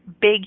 big